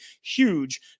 huge